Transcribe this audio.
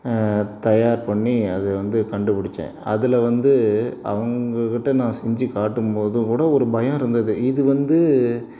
தயார் பண்ணி அது வந்து கண்டுபிடிச்சேன் அதில் வந்து அவங்கக்கிட்ட நான் செஞ்சு காட்டும்போதும் கூட ஒரு பயம் இருந்தது இது வந்து